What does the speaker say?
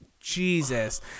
jesus